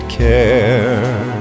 care